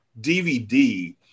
DVD